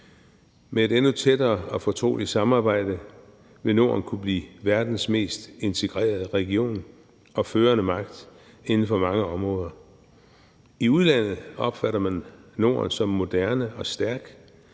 Med et endnu tættere og fortroligt samarbejde vil Norden kunne blive verdens mest integrerede region og førende magt inden for mange områder. I udlandet opfatter man Norden som moderne og stærkt,